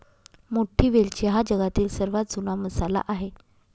मोठी वेलची हा जगातील सर्वात जुना मसाला आहे